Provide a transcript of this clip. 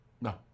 no